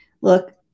look